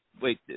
wait